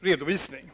redovisning.